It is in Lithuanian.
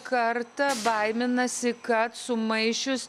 kartą baiminasi kad sumaišius